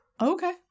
Okay